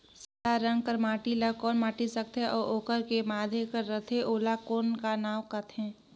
सादा रंग कर माटी ला कौन माटी सकथे अउ ओकर के माधे कर रथे ओला कौन का नाव काथे?